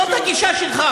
זאת הגישה שלך,